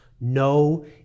no